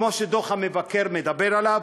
כמו שדוח המבקר מדבר עליהם,